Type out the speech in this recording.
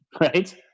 right